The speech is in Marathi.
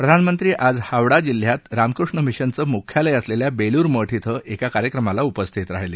प्रधानमंत्री आज हावडा जिल्ह्यात रामकृष्ण मिशनचं मुख्यालय असलेल्या बेलूर मठ इथं एका कार्यक्रमाला उपस्थित राहिले